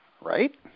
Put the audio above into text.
right